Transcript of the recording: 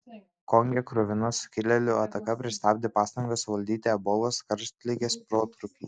konge kruvina sukilėlių ataka pristabdė pastangas suvaldyti ebolos karštligės protrūkį